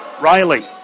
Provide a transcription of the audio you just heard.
Riley